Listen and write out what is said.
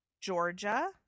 Georgia